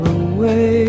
away